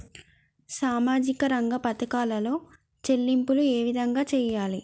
సామాజిక రంగ పథకాలలో చెల్లింపులు ఏ విధంగా చేయాలి?